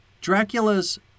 Dracula's